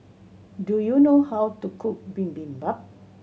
do you know how to cook Bibimbap